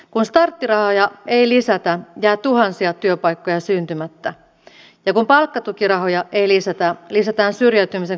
kun starttirahoja ei lisätä jää tuhansia työpaikkoja syntymättä ja kun palkkatukirahoja ei lisätä lisätään syrjäytymisen kustannuksia